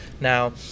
Now